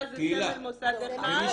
זה סמל מוסד אחר,